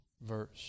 verse